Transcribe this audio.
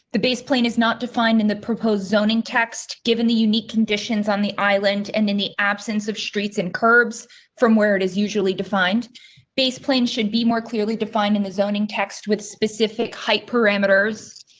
the base plan is not defined in the proposed zoning text, given the unique conditions on the island, and in the absence of streets and curbs from where it is usually defined based plane should be more clearly defined in the zoning text with specific height parameters.